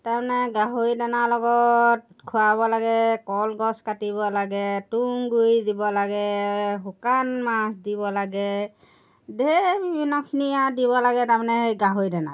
তাৰমানে গাহৰি দানাৰ লগত খোৱাব লাগে কলগছ কাটিব লাগে তুঁহগুৰি দিব লাগে শুকান মাছ দিব লাগে ঢেৰ বিভিন্নখিনি আৰু দিব লাগে তাৰমানে সেই গাহৰি দানাত